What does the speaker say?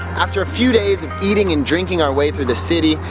after a few days of eating and drinking our way through the city,